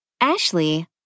Ashley